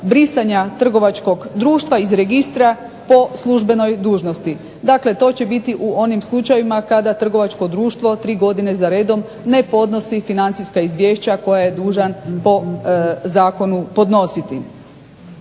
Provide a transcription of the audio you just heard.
brisanja trgovačkog društva iz registra po službenoj dužnosti. Dakle, to će biti u onim slučajevima kada trgovačko društvo tri godine za redom ne podnosi financijska izvješća koja je dužan po zakonu podnositi.